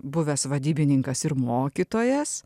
buvęs vadybininkas ir mokytojas